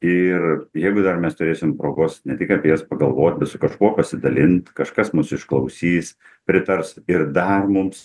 ir jeigu dar mes turėsim progos ne tik apie jas pagalvo bet su kažkuo pasidalint kažkas mus išklausys pritars ir dar mums